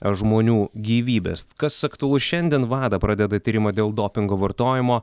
žmonių gyvybes kas aktualu šiandien vada pradeda tyrimą dėl dopingo vartojimo